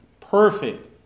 perfect